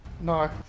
No